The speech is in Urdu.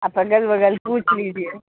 آپ اگل بگل پوچھ لیجیے